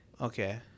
okay